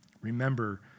Remember